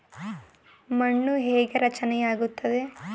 ಮಣ್ಣು ಹೇಗೆ ರಚನೆ ಆಗುತ್ತದೆ?